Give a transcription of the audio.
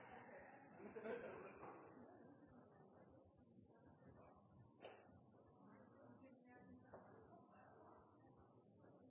men det er